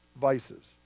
Vices